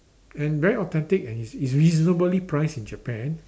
and very authentic and is is reasonably priced in Japan